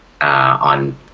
on